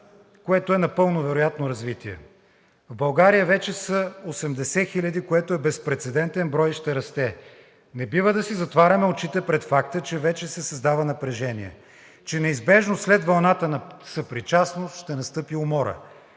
което е напълно вероятно развитие. В България вече са 80 хиляди, което е безпрецедентен брой, и ще расте. Не бива да си затваряме очите пред факта, че вече се създава напрежение, че неизбежно след вълната на съпричастност ще настъпи умора.